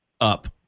up